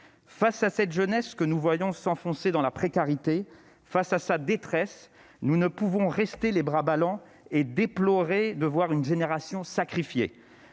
de cette jeunesse que nous voyons s'enfoncer dans la précarité, nous ne pouvons rester les bras ballants en déplorant de voir une génération sacrifiée.